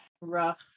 rough